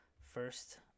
first